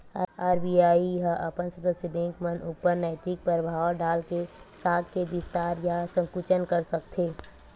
RBI ह अपन सदस्य बेंक मन ऊपर नैतिक परभाव डाल के साख के बिस्तार या संकुचन कर सकथे